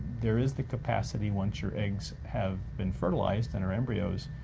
there is the capacity once your eggs have been fertilized and are embryos,